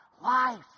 life